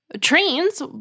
Trains